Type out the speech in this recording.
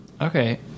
Okay